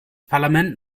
parlament